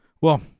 Well-